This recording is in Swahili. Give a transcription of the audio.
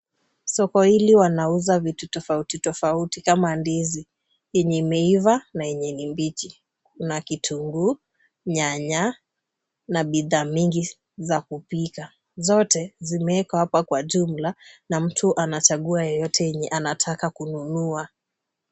Soko hili wanauza vitu tofauti tofauti kama ndizi yenye imeiva na yenye ni mbichi. Kuna kitunguu, nyanya na bidhaa mingi za kupika. Zote zimewekwa hapa kwa jumla na mtu anachagua yeyote yenye anataka kununua.